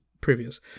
previous